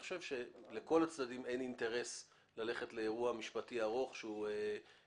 לכל הצדדים אין אינטרס ללכת לאירוע משפטי ארוך שיכולות